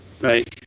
Right